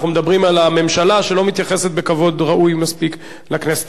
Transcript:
אנחנו מדברים על הממשלה שלא מתייחסת בכבוד ראוי מספיק לכנסת.